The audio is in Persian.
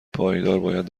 پایدارmباید